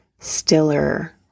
stiller